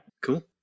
Cool